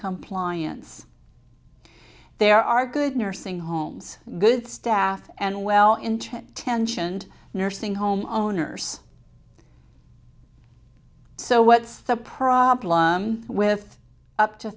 compliance there are good nursing homes good staff and well into tensioned nursing home owners so what's the problem with up to